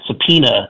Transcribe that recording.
subpoena